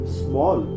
small